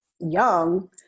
young